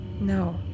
No